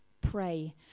Pray